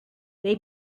they